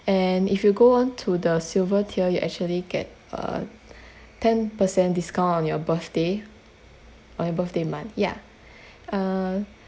and if you go on to the silver tier you actually get a ten per cent discount on your birthday on your birthday month yeah uh